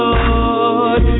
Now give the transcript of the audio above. Lord